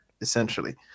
essentially